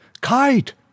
Kite